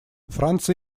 франция